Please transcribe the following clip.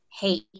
hate